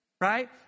right